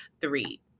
three